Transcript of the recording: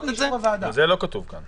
זה לא כתוב כאן.